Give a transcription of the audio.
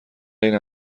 این